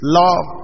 love